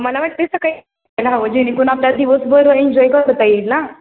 मला वाटत आहे सकाळीच निघायला हवं जेणेकरून आपल्या दिवसभर एन्जॉय करता येईल ना